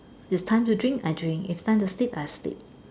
it's time to drink I drink its time to sleep I sleep